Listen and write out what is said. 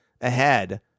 ahead